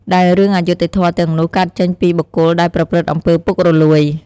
ដែលរឿងអយុត្ដិធម៌ទាំងនោះកើតចេញពីបុគ្គលដែលប្រព្រឹត្ដិអំពើរពុករលួយ។